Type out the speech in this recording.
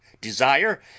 desire